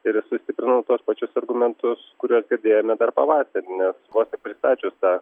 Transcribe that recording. ir sustiprino tuos pačius argumentus kuriuos girdėjome dar pavasarį nes vos pristačius tą